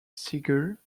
seeger